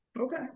Okay